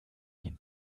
ihn